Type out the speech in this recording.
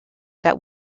that